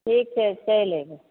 ठीक छै चैलि अयबै